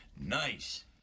Nice